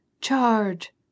Charge